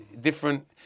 different